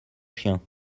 chiens